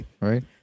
Right